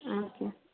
okay